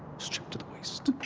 stripped to the waist.